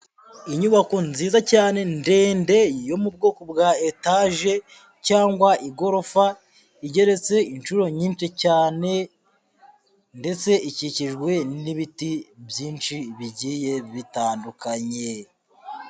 Inyubako nziza cyane ndende yo mu bwoko bwa etaje cyangwa igorofa igeretse inshuro nyinshi cyane, ndetse ikikijwe n'ibiti byinshi bigiye bitandukanye.